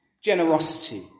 generosity